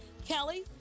Kelly